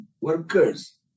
workers